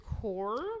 core